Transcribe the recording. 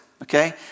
Okay